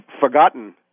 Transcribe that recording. forgotten